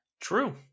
True